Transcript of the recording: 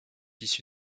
issu